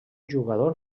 jugador